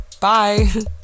bye